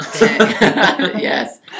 Yes